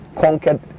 conquered